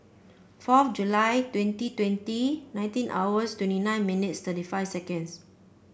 fourth July twenty twenty nineteen hours twenty nine minutes thirty five seconds